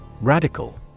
Radical